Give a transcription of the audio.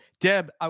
Deb